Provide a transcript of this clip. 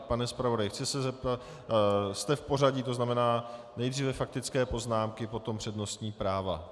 Pane zpravodaji, chci se zeptat, jste v pořadí, to znamená nejdříve faktické poznámky, potom přednostní práva.